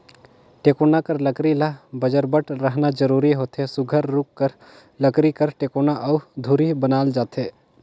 टेकोना कर लकरी ल बजरबट रहना जरूरी होथे सुग्घर रूख कर लकरी कर टेकोना अउ धूरी बनाल जाथे